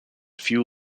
few